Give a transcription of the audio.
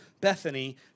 Bethany